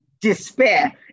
despair